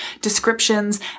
descriptions